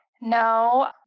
No